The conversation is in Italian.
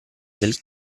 del